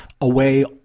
away